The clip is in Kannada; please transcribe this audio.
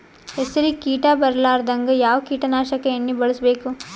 ಹೆಸರಿಗಿ ಕೀಟ ಬರಲಾರದಂಗ ಯಾವ ಕೀಟನಾಶಕ ಎಣ್ಣಿಬಳಸಬೇಕು?